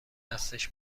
دستش